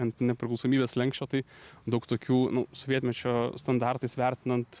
ant nepriklausomybės slenksčio tai daug tokių nu sovietmečio standartais vertinant